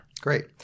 Great